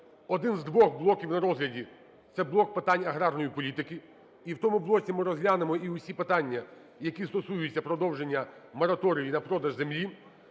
один з двох блоків на розгляді – це блок питань аграрної політики. І в тому блоці ми розглянемо і усі питання, які стосуються продовження мораторію на продаж землі.